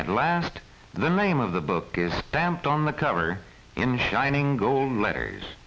and last the name of the book is stamped on the cover in shining golden letters